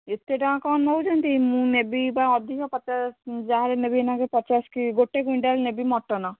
ଏତେ ଟଙ୍କା କ'ଣ ନଉଛନ୍ତି ମୁଁ ନେବି ବା ଅଧିକ ପଚାଶ ଯାହାହେଲେ ନେବି ଏଇନିକା ପଚାଶ କି ଗୋଟେ କୁଇଣ୍ଟାଲ୍ ନେବି ମଟନ୍